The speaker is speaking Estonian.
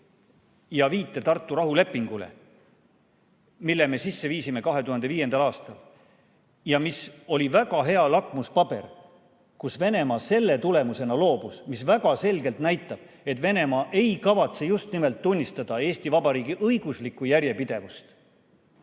ja viite Tartu rahulepingule, mille me sisse viisime 2005. aastal ja mis oli väga hea lakmuspaber, mille tulemusena Venemaa loobus. See väga selgelt näitab, et Venemaa ei kavatse just nimelt tunnistada Eesti Vabariigi õiguslikku järjepidevust,